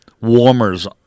warmers